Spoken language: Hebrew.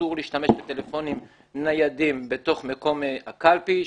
אסור להשתמש בטלפונים ניידים בתוך מקום הקלפי,